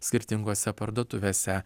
skirtingose parduotuvėse